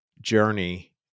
journey